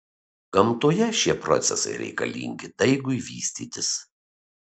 gamtoje šie procesai reikalingi daigui vystytis